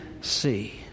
see